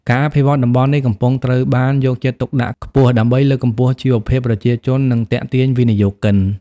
ការអភិវឌ្ឍន៍តំបន់នេះកំពុងត្រូវបានយកចិត្តទុកដាក់ខ្ពស់ ដើម្បីលើកកម្ពស់ជីវភាពប្រជាជន និងទាក់ទាញវិនិយោគិន។